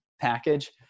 package